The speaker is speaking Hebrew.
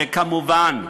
וכמובן,